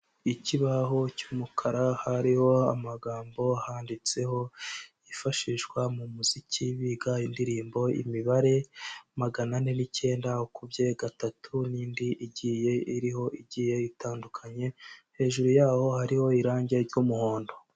Ikibaho cy'umukara hariho amagambo ahanditseho yifashishwa mu muziki biga indirimbo, imibare magana ane n'icyenda ukubye gatatu n'indi igiye iriho igiye itandukanye, hejuru yaho hariho irangi ry'umuhondo.